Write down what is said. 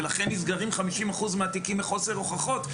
ולכן נסגרים 50% מהתיקים מחוסר הוכחות,